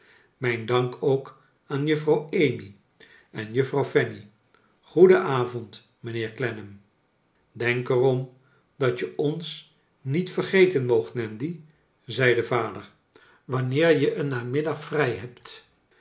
mijn dank ook aan juffrouw amy en juffrouw fanny goeden avond mijnheer clennam denk er om dat je ons niet vergeten moogt nandy zei de vader wanneer je een namiddag vrij hebt